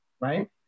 right